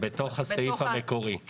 בתוך הסעיף המקורי.